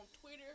Twitter